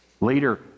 later